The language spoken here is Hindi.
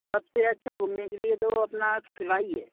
सब से अच्छा घूमने के लिए तो अपना क़िला ही है